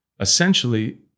essentially